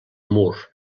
mur